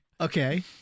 Okay